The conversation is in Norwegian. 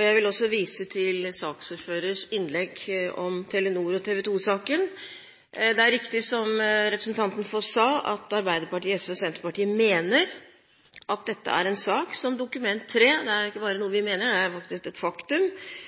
Jeg vil vise til saksordførerens innlegg når det gjelder Telenor-/TV 2-saken. Det er riktig som representanten Foss sa, at Arbeiderpartiet, Sosialistisk Venstreparti og Senterpartiet mener – det er ikke bare noe vi mener, det er et faktum – at dette er en sak som Dokument 3:2 ikke